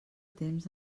temps